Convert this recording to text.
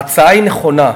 ההצעה נכונה.